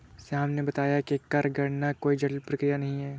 श्याम ने बताया कि कर गणना कोई जटिल प्रक्रिया नहीं है